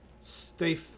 stay